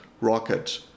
rocket